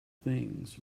things